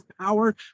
power